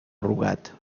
rugat